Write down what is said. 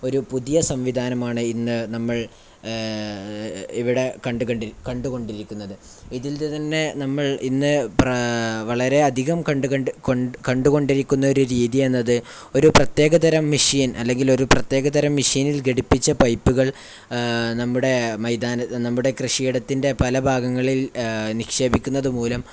ഒരു പുതിയ സംവിധാനമാണ് ഇന്ന് നമ്മൾ ഇവിടെ കണ്ടുകൊണ്ടിരിക്കുന്നത് ഇതിൽ തന്നെ നമ്മൾ ഇന്ന് വളരെയധികം കണ്ടുകൊണ്ടിരിക്കുന്ന ഒരു രീതിയെന്നത് ഒരു പ്രത്യേകതരം മെഷീൻ അല്ലെങ്കിൽ ഒരു പ്രത്യേകതരം മെഷീനിൽ ഘടിപ്പിച്ച പൈപ്പുകൾ നമ്മുടെ കൃഷയിടത്തിൻ്റെ പല ഭാഗങ്ങളിൽ നിക്ഷേപിക്കുന്നത് മൂലം